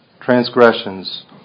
transgressions